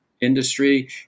industry